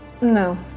No